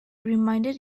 reminded